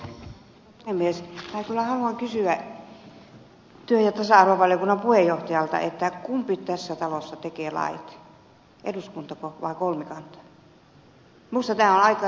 minä kyllä haluan kysyä työelämä ja tasa arvovaliokunnan puheenjohtajalta kumpi tässä talossa tekee lait eduskuntako vai kolmikanta